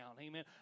amen